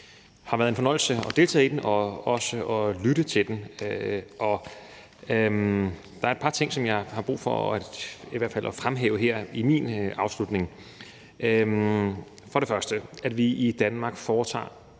Det har været en fornøjelse at deltage i den og også at lytte til den. Der er et par ting, som jeg har brug for i hvert fald at fremhæve her i min afslutning. Det er for første, at vi i Danmark foretager